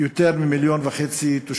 יותר מ-1.5 מיליון תושבים,